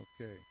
Okay